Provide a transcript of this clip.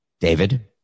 David